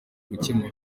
gukemura